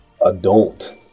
adult